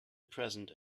present